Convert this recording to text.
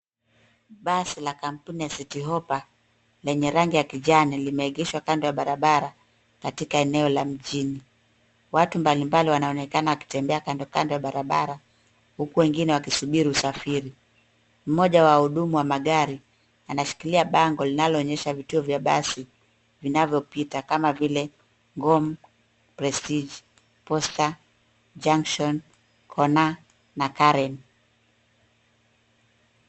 Basi la kampuni ya Citi Hoppa lenye rangi ya kijani limeegeshwa kando ya barabara katika eneo la mjini. Watu mbalimbali wanaonekana wakitembea kandokando ya barabara huku wengine wakisubiri usafiri. Mmoja wa wahudumu wa magari anashikilia bango linaloonyesha vituo vya basi vinavyopita kama vile Ngong, Prestige, Posta, Junction, Kona na Karen.